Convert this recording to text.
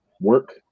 work